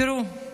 תראו,